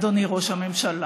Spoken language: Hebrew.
אדוני ראש הממשלה,